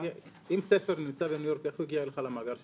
אם ספר נמצא בניו יורק איך הוא הגיע למאגר שלך?